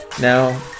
now